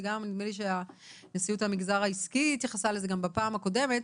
וגם נדמה לי שנשיאות המגזר העסקי התייחסה לזה בפעם הקודמת,